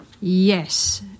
Yes